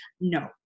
no